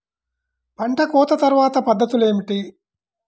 పంట కోత తర్వాత పద్ధతులు ఏమిటి?